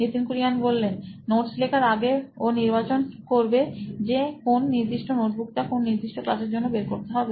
নিতিন কুরিয়ান সি ও ও নোইন ইলেক্ট্রনিক্স নোটস লেখার আগে ও নির্বাচন করবে যে কোন নির্দি ষ্ট নোটবুকটা কোন নির্দি ষ্ট ক্লাসের জন্য বের করতে হবে